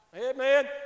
Amen